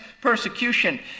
persecution